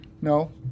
No